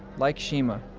like shima,